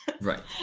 right